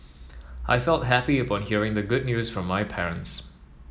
I felt happy upon hearing the good news from my parents